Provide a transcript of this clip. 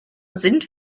sind